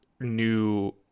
new